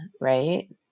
right